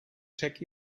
check